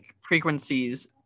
frequencies